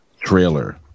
trailer